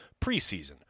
preseason